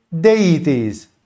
deities